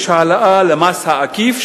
יש העלאה במס העקיף,